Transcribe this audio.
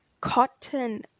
cotton